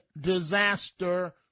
disaster